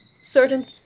certain